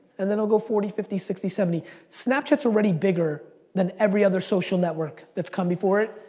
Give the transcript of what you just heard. and then it'll go forty, fifty, sixty, seventy. snapchat's already bigger than every other social network that's come before it,